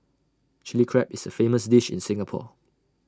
Chilli Crab is A famous dish in Singapore